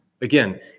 Again